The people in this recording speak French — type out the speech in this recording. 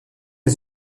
les